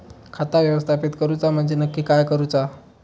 खाता व्यवस्थापित करूचा म्हणजे नक्की काय करूचा?